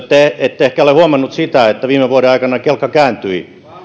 te ette ehkä ole huomannut sitä että viime vuoden aikana kelkka kääntyi